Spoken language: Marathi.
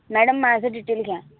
मॅडम माझं डिटेल घ्या